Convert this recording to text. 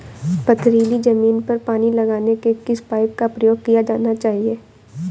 पथरीली ज़मीन पर पानी लगाने के किस पाइप का प्रयोग किया जाना चाहिए?